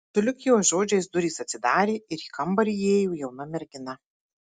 sulig jo žodžiais durys atsidarė ir į kambarį įėjo jauna mergina